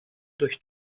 durch